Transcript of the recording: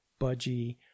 Budgie